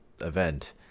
event